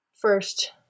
first